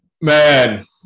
Man